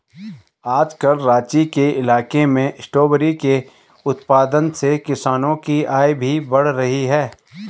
आजकल राँची के इलाके में स्ट्रॉबेरी के उत्पादन से किसानों की आय भी बढ़ रही है